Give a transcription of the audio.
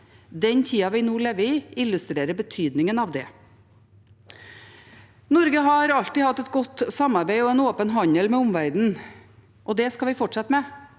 Den tida vi nå lever i, illustrerer betydningen av det. Norge har alltid hatt et godt samarbeid og en åpen handel med omverdenen. Det skal vi fortsette med,